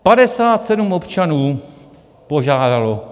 Padesát sedm občanů požádalo!